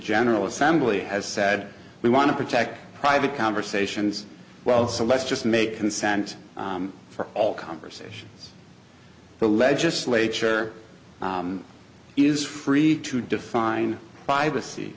general assembly has said we want to protect private conversations well so let's just make consent for all conversations the legislature is free to define privacy